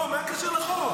לא, מה הקשר לחוק?